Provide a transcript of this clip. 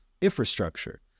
infrastructure